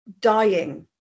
dying